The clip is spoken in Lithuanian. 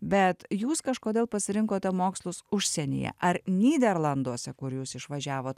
bet jūs kažkodėl pasirinkote mokslus užsienyje ar nyderlanduose kur jūs išvažiavot